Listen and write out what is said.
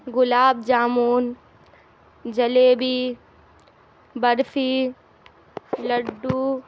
گلاب jamun jalebi barfi لڈو